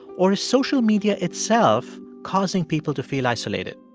or is social media itself causing people to feel isolated?